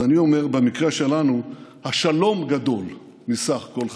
אז אני אומר במקרה שלנו: השלום גדול מסך כל חלקיו.